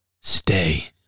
Stay